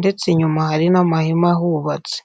ndetse inyuma hari n'amahema ahubatse.